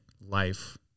life